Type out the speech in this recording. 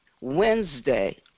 Wednesday